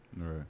Right